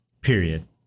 Period